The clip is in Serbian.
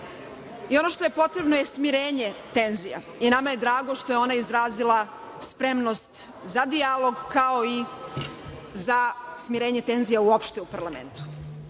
I ono što je potrebno je smirenje tenzija. I nama je drago što je ona izrazila spremnost za dijalog, kao i za smirenje tenzija uopšte u parlamentu. Poznato